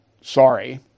sorry